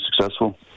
successful